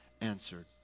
answered